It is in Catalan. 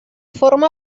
forma